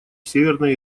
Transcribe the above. северной